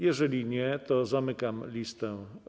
Jeżeli nie, zamykam listę.